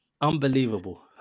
unbelievable